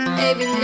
baby